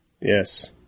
Yes